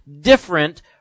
different